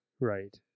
right